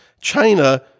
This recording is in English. China